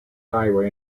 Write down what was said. highway